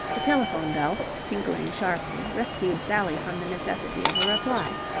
the telephone-bell, tinkling sharply, rescued sally from the necessity of a reply.